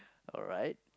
alright